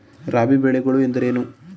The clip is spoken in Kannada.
ರಾಬಿ ಬೆಳೆಗಳು ಎಂದರೇನು?